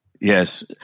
Yes